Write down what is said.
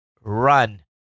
Run